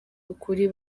ukuri